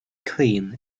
clean